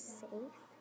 safe